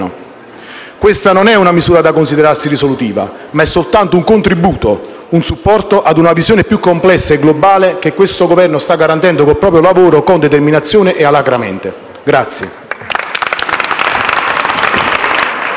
Questa non è una misura da considerarsi risolutiva, ma è soltanto un contributo, un supporto a una visione più complessa e globale che questo Governo sta garantendo con il proprio lavoro, con determinazione e alacremente.